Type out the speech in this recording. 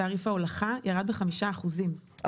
תעריף ההולכה ירד בחמישה אחוזים,